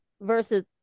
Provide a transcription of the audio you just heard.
versus